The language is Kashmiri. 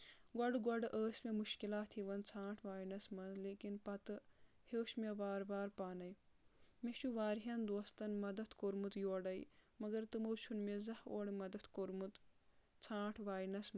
گۄڈٕ گۄڈٕ ٲسۍ مےٚ مُشکِلات یِوان ژھانٛٹھ واینَس منٛز لیکن پتہٕ ہیوٚچھ مےٚ وارٕ وارٕ پانے مےٚ چھُ واریاہَن دوستن مدتھ کوٚرمُت یورے مگر تِمو چھُنہٕ مےٚ زٔہنۍ مدتھ کوٚرمُت ژھانٛٹھ واینس منٛز